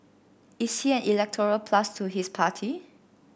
is he an electoral plus to his party